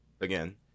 Again